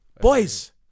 Boys